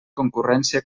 concurrència